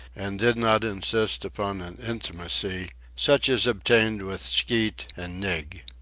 and did not insist upon an intimacy such as obtained with skeet and nig.